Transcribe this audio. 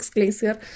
Glacier